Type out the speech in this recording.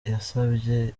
yasabye